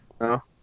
No